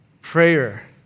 Prayer